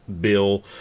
bill